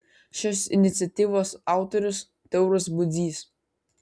šios iniciatyvos autorius tauras budzys